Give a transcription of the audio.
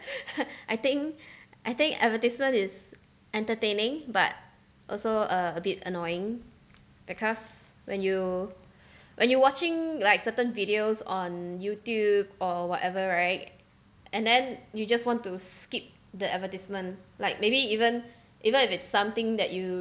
I think I think advertisement is entertaining but also uh a bit annoying because when you when you're watching like certain videos on YouTube or whatever right and then you just want to skip the advertisement like maybe even even if it's something that you